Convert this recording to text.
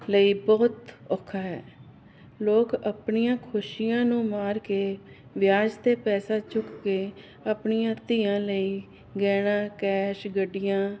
ਲਈ ਬਹੁਤ ਔਖਾ ਹੈ ਲੋਕ ਆਪਣੀਆਂ ਖੁਸ਼ੀਆਂ ਨੂੰ ਮਾਰ ਕੇ ਵਿਆਜ 'ਤੇ ਪੈਸਾ ਚੁੱਕ ਕੇ ਆਪਣੀਆਂ ਧੀਆਂ ਲਈ ਗਹਿਣਾ ਕੈਸ਼ ਗੱਡੀਆਂ